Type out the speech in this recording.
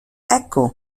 ecco